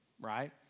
right